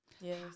Yes